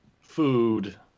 food